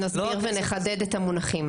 נסביר ונחדד את המונחים.